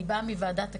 אני באה מוועדת הכנסת,